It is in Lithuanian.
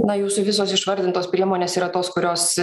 na jūsų visos išvardintos priemonės yra tos kurios